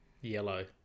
yellow